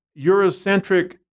Eurocentric